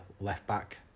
left-back